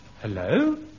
Hello